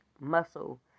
muscle